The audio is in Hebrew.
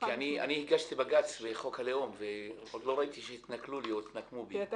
אני הגשתי בג"ץ לחוק הלאום ועוד לא ראיתי שהתנכלו לי או התנקמו בי.